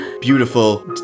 Beautiful